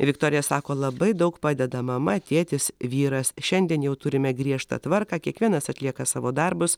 viktorija sako labai daug padeda mama tėtis vyras šiandien jau turime griežtą tvarką kiekvienas atlieka savo darbus